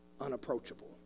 unapproachable